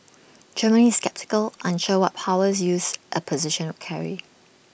Germany is sceptical unsure what powers use A position not carry